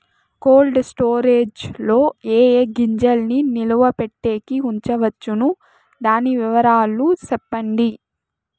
Cold storage లో ఏ ఏ గింజల్ని నిలువ పెట్టేకి ఉంచవచ్చును? దాని వివరాలు సెప్పండి?